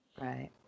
Right